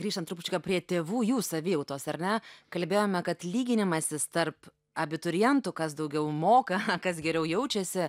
grįžtam trupučiuką prie tėvų jų savijautos ar ne kalbėjome kad lyginimasis tarp abiturientų kas daugiau moka kas geriau jaučiasi